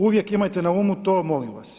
Uvijek imajte na umu to, molim vas.